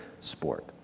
sport